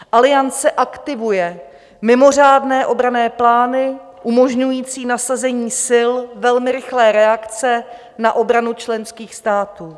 Aliance aktivuje mimořádné obranné plány umožňující nasazení sil velmi rychlé reakce na obranu členských států.